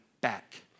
back